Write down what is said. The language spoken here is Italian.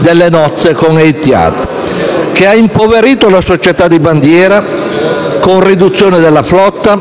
delle nozze con Etihad, che hanno impoverito la società di bandiera, con una riduzione della flotta